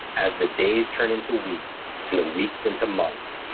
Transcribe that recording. as the days turned into weeks and the weeks into months,